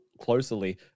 Closely